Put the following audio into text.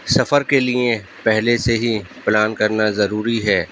سفر کے لئے پہلے سے ہی پلان کرنا ضروری ہے